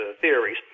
theories